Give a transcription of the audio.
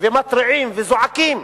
מתריעים וזועקים.